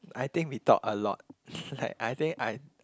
I think we talk a lot like I think I